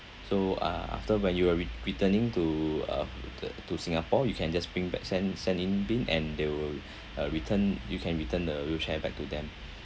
so uh after when you were ret~ returning to uh to singapore you can just bring back send send in bin and they will uh return you can return the wheelchair back to them